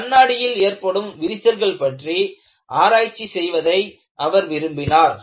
கண்ணாடியில் ஏற்படும் விரிசல்கள் பற்றி ஆராய்ச்சி செய்வதை அவர் விரும்பினார்